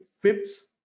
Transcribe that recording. FIPS